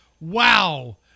Wow